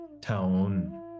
town